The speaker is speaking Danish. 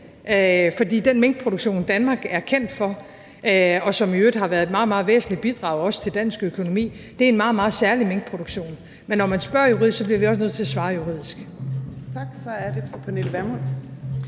for den minkproduktion, Danmark er kendt for, og som i øvrigt også har været et meget, meget væsentligt bidrag til dansk økonomi, er en meget, meget særlig minkproduktion. Men når man spørger juridisk, så bliver vi også nødt til at svare juridisk. Kl. 14:51 Fjerde næstformand